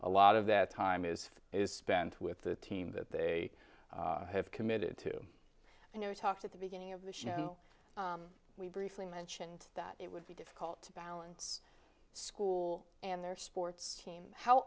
a lot of that time is spent with the team that they have committed to you know talks at the beginning of this you know briefly mentioned that it would be difficult to balance school and their sports team how